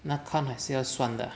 那看还是要算的